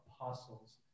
apostles